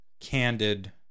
candid